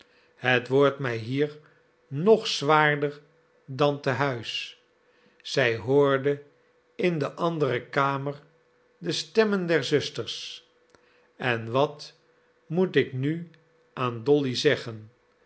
het wordt mij hier nog zwaarder dan te huis zij hoorde in de andere kamer de stemmen der zusters en wat moet ik nu aan dolly zeggen